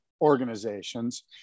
organizations